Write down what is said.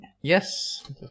Yes